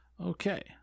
okay